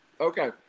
Okay